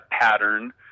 pattern